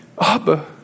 Abba